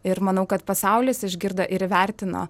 ir manau kad pasaulis išgirdo ir įvertino